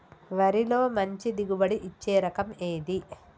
వరిలో మంచి దిగుబడి ఇచ్చే రకం ఏది?